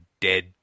dead